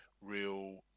real